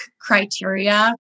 criteria